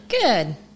Good